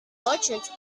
merchants